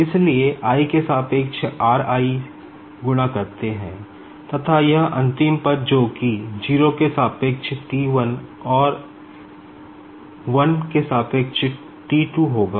इसलिए i के सापेक्ष r i गुणा करते है तथा यह अंतिम पद जो कि 0 के सापेक्ष T 1और 1 के सापेक्ष T 2 होगा